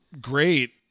great